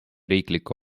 riikliku